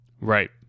Right